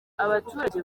abaturage